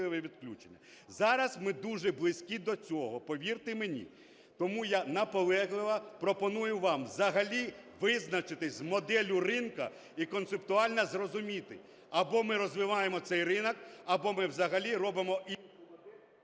Зараз ми дуже близькі до цього, повірте мені. Тому я наполегливо пропоную вам взагалі визначитися з моделлю ринку і концептуально зрозуміти: або ми розвиваємо цей ринок, або ми взагалі робимо….